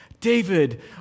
David